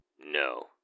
No